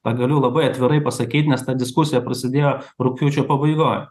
tą galiu labai atvirai pasakyt nes ta diskusija prasidėjo rugpjūčio pabaigoj